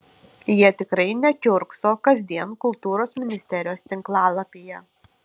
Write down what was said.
jie tikrai nekiurkso kasdien kultūros ministerijos tinklalapyje